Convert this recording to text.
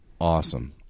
awesome